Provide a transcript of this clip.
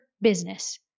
business